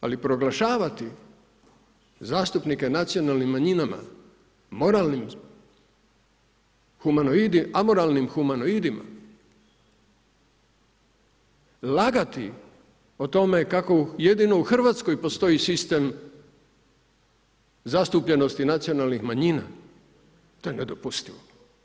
Ali proglašavati zastupnike nacionalnim manjinama moralnim, anomralnim humanoidima, lagati o tome kako jedino u Hrvatskoj postoji sistem zastupljenosti nacionalnih manjina, to je nedopustivo.